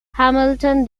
hamilton